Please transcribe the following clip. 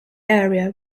area